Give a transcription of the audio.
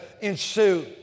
ensue